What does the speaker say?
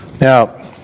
Now